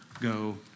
go